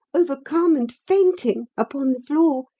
overcome and fainting, upon the floor,